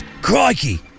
Crikey